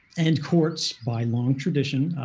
and courts, by long tradition,